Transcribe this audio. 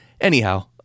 Anyhow